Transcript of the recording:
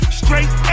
straight